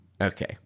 Okay